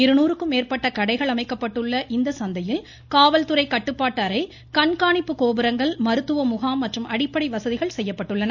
இருநூறுக்கும் மேற்பட்ட கடைகள் அமைக்கப்பட்டுள்ள இந்த சந்தையில் காவல்துறை கட்டுப்பாட்டு அறை கண்காணிப்பு கோபுரங்கள் மருத்துவமுகாம் மற்றும் அடிப்படை வசதிகள் செய்யப்பட்டுள்ளன